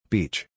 Beach